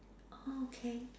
oh okay